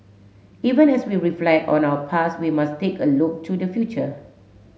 even as we reflect on our past we must take a look to the future